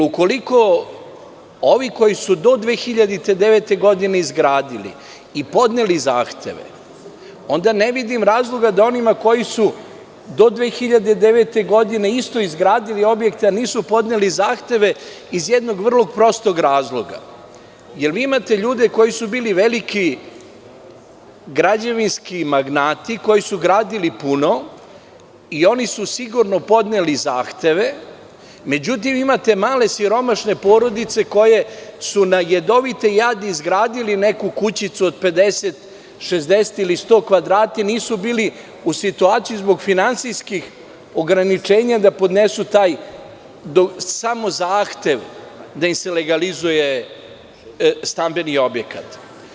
Ukoliko ovi koji su do 2009. godine izgradili i podneli zahteve mogu, ne vidim razloga zašto ne mogu i ovi koji su do 2009. godine isto izgradili objekte, a nisu podneli zahteve iz jednog vrlo prostog razloga jer imate ljude koji su bili veliki građevinski magnati koji su gradili puno i oni su sigurno podneli zahteve, međutim, imate i male siromašne porodice koje su na jadovite jade izgradili neku kućicu od 50, 60 ili 100 kvadrata i nisu bili u situaciji zbog finansijskih ograničenja da podnesu taj zahtev da im se legalizuje stambeni objekat.